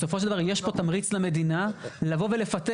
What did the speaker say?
בסופו של דבר יש פה תמריץ למדינה לבוא ולפתח.